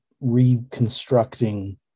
reconstructing